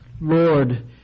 Lord